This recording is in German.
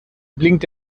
blinkt